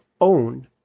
own